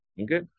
Okay